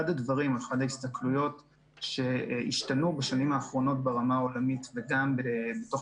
אחד הדברים שהשתנו בשנים האחרונות ברמה העולמית וגם בתוך